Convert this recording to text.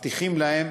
מבטיחים להם: